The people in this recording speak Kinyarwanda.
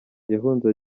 yahunze